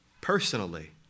personally